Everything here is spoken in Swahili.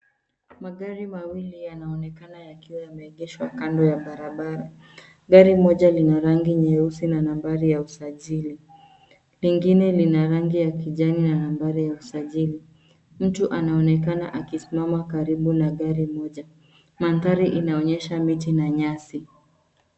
Magari mawili yanaonekana yakiwa yameegeshwa kando ya barabara . Gari moja lina rangi nyeusi na nambari ya usajili lingine lina rangi ya kijani na nambari ya usajili. Mtu anaonekana akisimama karibu na gari moja. Mandhari inaonyesha miti na nyasi.